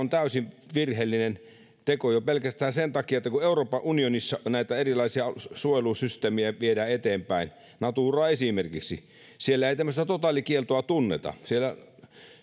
on täysin virheellinen teko jo pelkästään sen takia että kun euroopan unionissa näitä erilaisia suojelusysteemejä viedään eteenpäin naturaa esimerkiksi niin siellä ei tämmöistä totaalikieltoa tunneta siellä